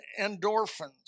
endorphins